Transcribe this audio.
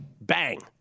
Bang